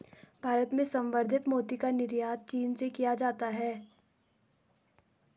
भारत में संवर्धित मोती का निर्यात चीन से किया जाता है